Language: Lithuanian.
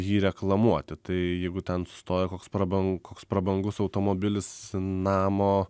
jį reklamuoti tai jeigu ten sustoja koks praban koks prabangus automobilis namo